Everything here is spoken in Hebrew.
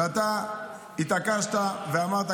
ואתה התעקשת ואמרת,